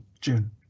June